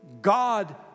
God